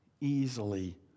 easily